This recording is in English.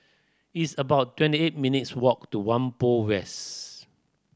it's about twenty eight minutes' walk to Whampoa West